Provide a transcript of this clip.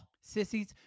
Sissies